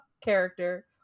character